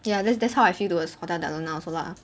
ya that's that's how I feel towards hotel del luna also lah